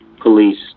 Police